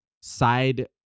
side